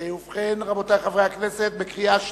ובכן, רבותי חברי הכנסת, בקריאה שנייה,